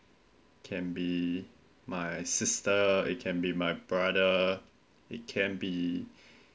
can be my sister it can be my brother it can be